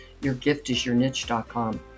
yourgiftisyourniche.com